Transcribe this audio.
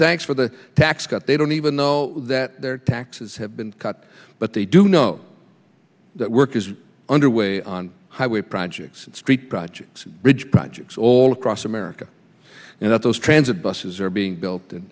thanks for the tax cut they don't even know that their taxes have been cut but they do know that work is underway on highway projects and street projects bridge projects all across america and that those transit buses are being built